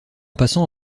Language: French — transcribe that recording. passant